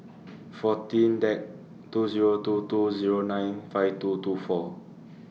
fourteen Dec two Zero two two Zero nine five two two four